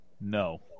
No